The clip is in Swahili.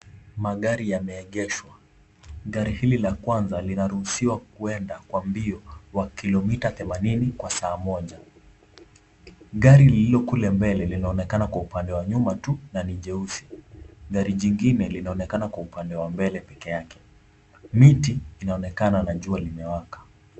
Magari yameegeshwa. Gari hili la kwanza linaruhusiwa kwenda kwa mbio wa kilomita themanini kwa saa moja. Gari lililo kule mbele linaonekana kwa upande wa nyuma tu na ni jeusi. Gari jingine linaonekana kwa upande wa mbele pekee yake. Miti inaonekana na jua limewaka.